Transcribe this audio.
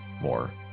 more